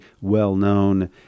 well-known